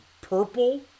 purple